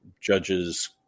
judges